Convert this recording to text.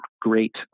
great